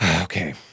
Okay